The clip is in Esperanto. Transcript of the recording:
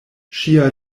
ŝia